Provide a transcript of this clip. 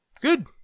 good